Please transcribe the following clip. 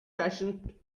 fashioned